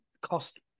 cost